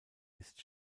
ist